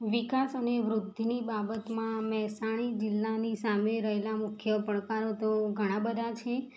વિકાસ અને વૃદ્ધિની બાબતમાં મેહસાણી જિલ્લાની સામે રહેલા મુખ્ય પડકારો તો ઘણા બધા છે